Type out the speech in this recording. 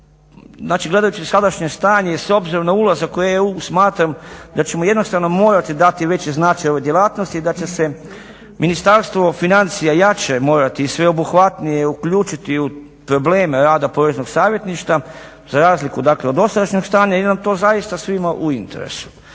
znači gledajući sadašnje stanje i s obzirom na ulazak u EU smatram da ćemo jednostavno morati dati veći značaj ovoj djelatnosti i da će se Ministarstvo financija jače morati i sveobuhvatnije uključiti u probleme rada poreznog savjetništva za razliku od dosadašnjeg stanja jer nam je to zaista svima u interesu.